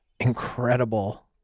incredible